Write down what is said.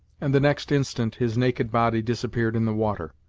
and the next instant his naked body disappeared in the water.